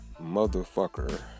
motherfucker